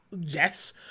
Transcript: yes